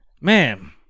man